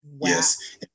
Yes